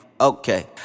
okay